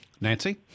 Nancy